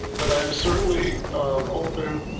but i'm certainly open.